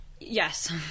Yes